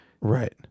Right